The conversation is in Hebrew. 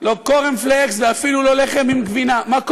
לא קורנפלקס ואפילו לא לחם עם גבינה, מכות.